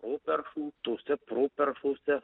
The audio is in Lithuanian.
properšų tose properšose